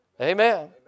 Amen